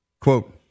Quote